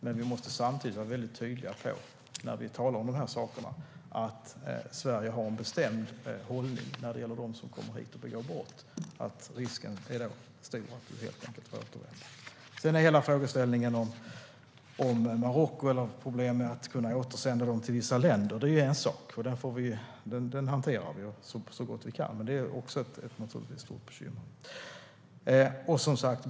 Samtidigt måste vi vara tydliga med att Sverige har en bestämd hållning mot dem som kommer hit och begår brott: Risken är stor att man får återvända till sitt hemland. Frågeställningen om Marocko och problemet att kunna återsända personer till vissa länder hanterar vi så gott vi kan. Det är också ett stort bekymmer.